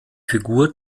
figur